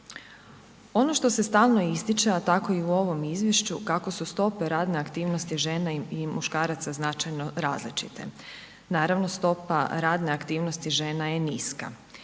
Ono što se stalno ističe, a tako i u ovom Izvješću kako su stope radne aktivnosti žena i muškaraca značajno različite. Naravno, stopa radne aktivnosti žena je niska